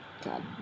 God